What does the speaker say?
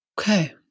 Okay